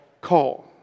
call